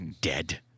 dead